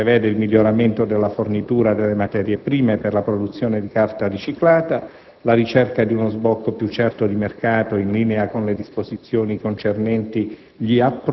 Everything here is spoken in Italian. Esso prevede il miglioramento della fornitura delle materie prime per la produzione di carta riciclata, la ricerca di uno sbocco più certo di mercato in linea con le disposizioni concernenti